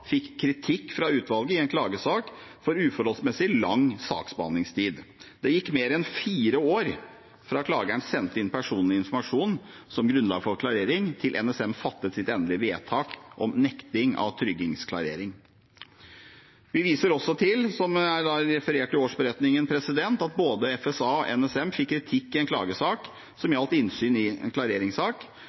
fikk kritikk fra utvalget i en klagesak for uforholdsmessig lang saksbehandlingstid. Det gikk mer enn fire år fra klageren sendte inn personlig informasjon som grunnlag for klarering, til NSM fattet sitt endelige vedtak om nekting av sikkerhetsklarering.» Vi viser også til, som er referert i årsberetningen, at både FSA og NSM fikk kritikk i en klagesak som gjaldt innsyn i en klareringssak.